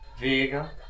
Vega